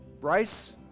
Bryce